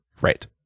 Right